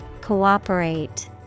Cooperate